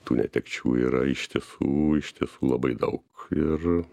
tų netekčių yra iš tiesų iš tiesų labai daug ir